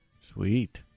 sweet